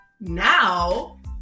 now